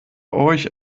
euch